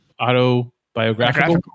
Autobiographical